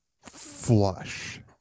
Flush